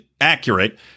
accurate